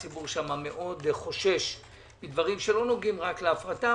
הציבור שם מאוד חושש מדברים שלא נוגעים רק להפרטה,